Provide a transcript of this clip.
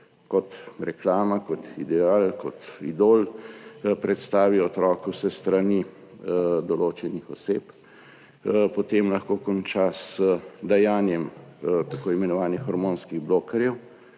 kot reklama, kot ideal, kot idol predstavi otroku s strani določenih oseb, potem lahko konča z dajanjem tako imenovanih hormonskih blokerjev,